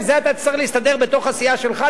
וזה אתה תצטרך להסתדר בתוך הסיעה שלך,